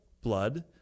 blood